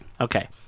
Okay